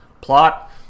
plot